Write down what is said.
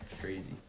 crazy